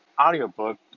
audiobook